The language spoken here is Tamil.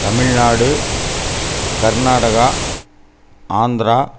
தமிழ்நாடு கர்நாடகா ஆந்திரா